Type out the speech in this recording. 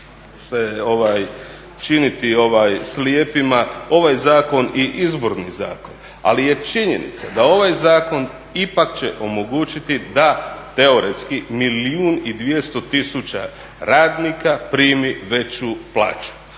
se činiti slijepima, ovaj zakon i Izborni zakon, ali je činjenica da ovaj zakon ipak će omogućiti da teoretski milijun i 200 tisuća radnika primi veću plaću.